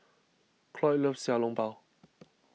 Cloyd loves Xiao Long Bao